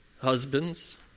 husbands